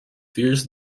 fears